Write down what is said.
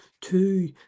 two